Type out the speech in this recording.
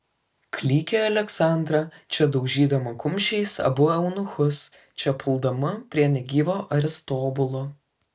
klykė aleksandra čia daužydama kumščiais abu eunuchus čia puldama prie negyvo aristobulo